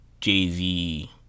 Jay-Z